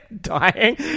dying